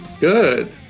Good